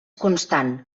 constant